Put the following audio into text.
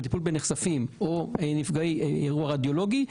לטיפול בנחשפים או אירוע רדיולוגי,